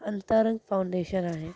अंतरंग फाऊंडेशन आहे